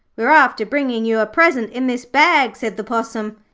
we're after bringing you a present in this bag said the possum.